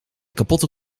kapotte